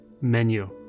menu